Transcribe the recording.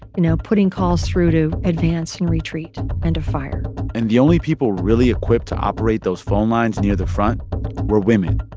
you know, putting calls through to advance and retreat and to fire and the only people really equipped to operate those phone lines near the front were women.